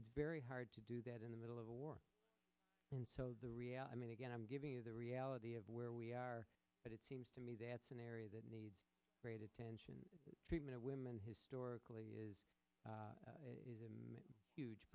it's very hard to do that in the middle of a war and so the reality and again i'm giving you the reality of where we are but it seems to me that's an area that needs great attention treatment of women historically is it isn't huge